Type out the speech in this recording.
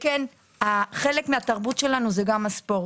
חלק מהתרבות שלנו זה גם הספורט.